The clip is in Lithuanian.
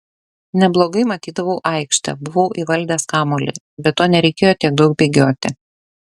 neblogai matydavau aikštę buvau įvaldęs kamuolį be to nereikėjo tiek daug bėgioti